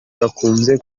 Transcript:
gakunze